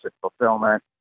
fulfillment